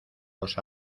los